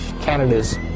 Canada's